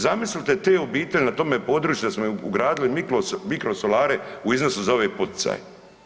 Zamislite te obitelji na tome području, da smo im ugradili mikrosolare u iznosu za ove poticaje.